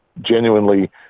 genuinely